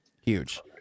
Huge